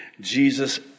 Jesus